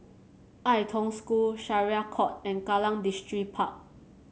Ai Tong School Syariah Court and Kallang Distripark